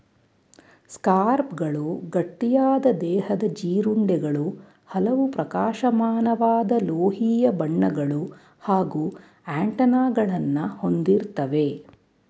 ಸ್ಕಾರಬ್ಗಳು ಗಟ್ಟಿಯಾದ ದೇಹದ ಜೀರುಂಡೆಗಳು ಹಲವು ಪ್ರಕಾಶಮಾನವಾದ ಲೋಹೀಯ ಬಣ್ಣಗಳು ಹಾಗೂ ಆಂಟೆನಾಗಳನ್ನ ಹೊಂದಿರ್ತವೆ